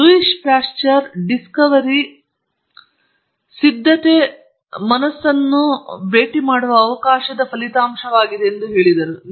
ಮತ್ತು Louis Pasteur discovery ಸಿದ್ಧತೆ ಮನಸ್ಸನ್ನು ಭೇಟಿ ಮಾಡುವ ಅವಕಾಶದ ಫಲಿತಾಂಶವಾಗಿದೆ ಎಂದು ಹೇಳಿದರು